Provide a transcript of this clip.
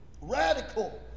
radical